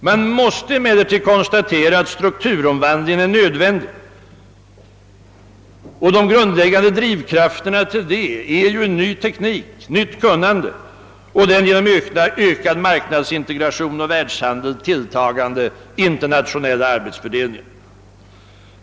Man måste också konstatera att strukturomvandlingen är nödvändig, och att de grundläggande drivkrafterna är en ny teknik, större kunnande och den genom ökad marknadsintegration och världshandel tilltagande internationella arbetsfördelningen.